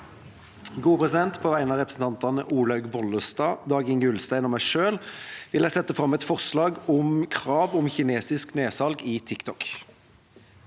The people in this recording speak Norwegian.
På vegne av representantene Olaug Vervik Bollestad, Dag Inge Ulstein og meg selv vil jeg sette fram et forslag om krav om kinesisk nedsalg i TikTok.